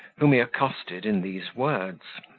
whom he accosted in these words